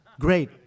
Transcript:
great